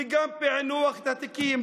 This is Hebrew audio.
וגם פיענוח התיקים.